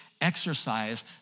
exercise